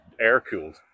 air-cooled